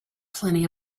plenty